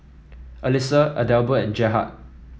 Alissa Adelbert and Gerhard